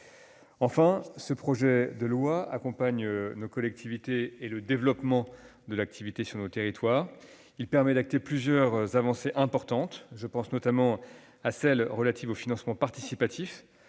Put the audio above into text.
Enfin, ce projet de loi accompagne nos collectivités et le développement de l'activité sur nos territoires. Il permet d'acter plusieurs avancées importantes. Je pense, notamment, à celle qui est relative au financement participatif,